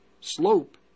slope